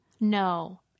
No